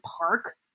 Park